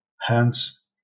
hence